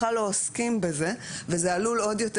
בכלל לא עוסקים בזה וזה עלול עוד יותר